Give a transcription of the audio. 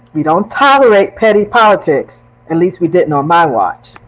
we don't tolerate petty politics. at least, we didn't on my watch.